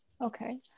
Okay